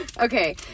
Okay